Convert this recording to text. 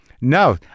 No